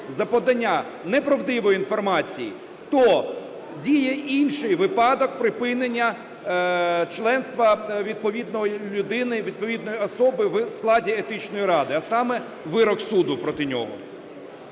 за подання неправдивої інформації, то діє інший випадок припинення членства відповідної людини, відповідної особи в складі Етичної ради, а саме вирок суду проти нього.